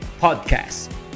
podcast